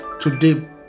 today